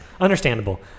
Understandable